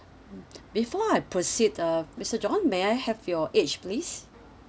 mmhmm before I proceed uh mister john may I have your age please